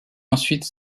ensuite